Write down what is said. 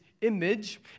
image